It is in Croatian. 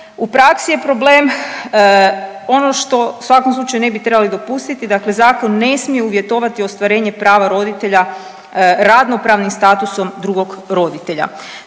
U praksi je problem ono što u svakom slučaju ne bi trebali dopustiti, dakle zakon ne smije uvjetovati ostvarenje prava roditelja radnopravnim statusom drugog roditelja.